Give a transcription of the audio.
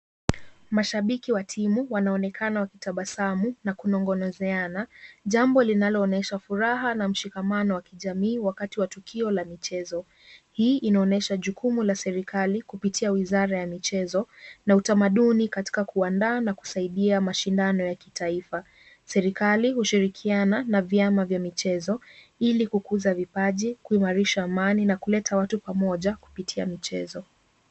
Mashabiki wa timu wanaonekana wakitabasamu na kunongonezeana, jambo linaloonyesha furaha na mshikamano wa kijamii wakati wa tukio la michezo. Hii inaonyesha jukumu la serekali kupitia wizara ya michezo na utamaduni katika kuandaa na kusaidia mashindano ya kitaifa. Serekali hushirikiana na vyama vya michezo ili kukuza vipaji, kuimarisha amani na kuleta watu pamoja kupitia michezo.